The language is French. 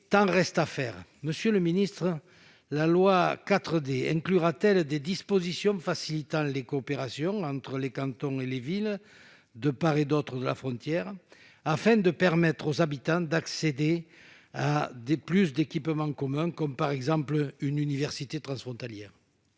tant reste à faire ! Monsieur le secrétaire d'État, la loi 4D inclura-t-elle des dispositions facilitant les coopérations entre les cantons et les villes de part et d'autre de la frontière, afin de permettre aux habitants d'accéder à plus d'équipements communs, comme une université transfrontalière ?